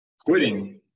quitting